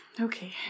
Okay